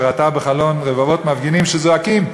שראתה בחלון רבבות מפגינים שזועקים,